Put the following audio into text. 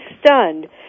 stunned